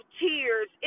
tears